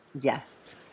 Yes